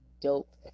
dope